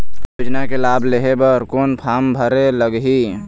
योजना के लाभ लेहे बर कोन फार्म भरे लगही?